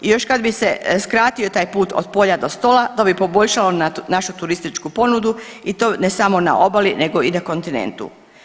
I još kad bi se skratio taj put od polja do stola to bi poboljšalo našu turističku ponudu i to ne samo na obali nego i na kontinentu.